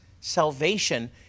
salvation